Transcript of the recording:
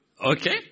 Okay